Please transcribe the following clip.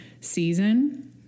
season